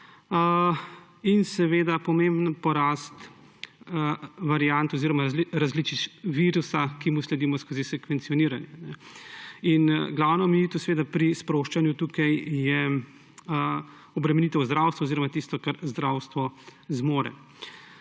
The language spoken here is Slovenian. in pomemben porast variant oziroma različic virusa, ki mu sledimo skozi sekvencioniranje. Glavna omejitev pri sproščanju je obremenitev zdravstva oziroma tisto, kar zdravstvo zmore.